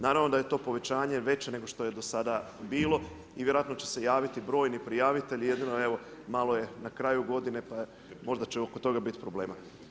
Naravno da je to povećanje veće nego što je do sada bilo i vjerojatno će se javiti brojni i prijaviti jedino evo, malo je na kraju godine pa možda će oko toga problema.